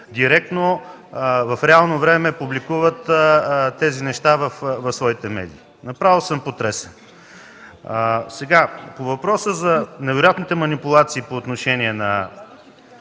директно, в реално време публикуват тези неща в своите медии. Направо съм потресен! По въпроса за невероятните манипулации по отношение на